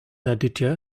aditya